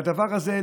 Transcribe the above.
שהדבר הזה,